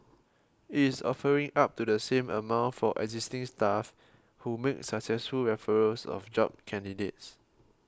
it is offering up to the same amount for existing staff who make successful referrals of job candidates